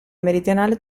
meridionale